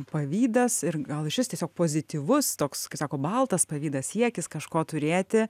pavydas ir gal išvis tiesiog pozityvus toks kaip sako baltas pavydas siekis kažko turėti